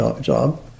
job